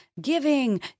giving